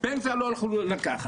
אבל פנסיה לא יכלו לקחת.